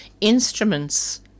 instruments